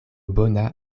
bona